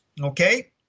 Okay